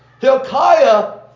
Hilkiah